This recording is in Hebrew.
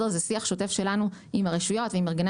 זה שיח שוטף שלנו עם הרשויות ועם מארגני